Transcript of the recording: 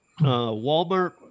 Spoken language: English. Walmart